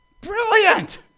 Brilliant